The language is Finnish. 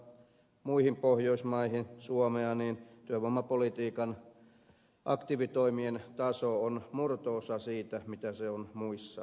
jos vertaa suomea muihin pohjoismaihin niin työvoimapolitiikan aktiivitoimien taso on murto osa siitä mitä se on muissa pohjoismaissa